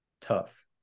tough